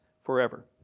forever